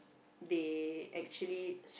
they actually